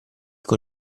con